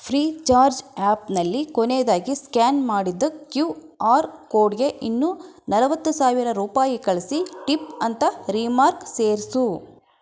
Freecharge ಆ್ಯಪ್ನಲ್ಲಿ ಕೊನೆಯದಾಗಿ scan ಮಾಡಿದ ಕ್ಯೂ ಆರ್ ಕೋಡ್ಗೆ ಇನ್ನೂ ನಲವತ್ತು ಸಾವಿರ ರೂಪಾಯಿ ಕಳಿಸಿ ಟಿಪ್ ಅಂತ ರಿಮಾರ್ಕ್ ಸೇರಿಸು